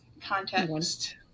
context